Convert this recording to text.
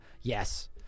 Yes